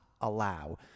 allow